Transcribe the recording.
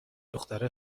دختره